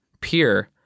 peer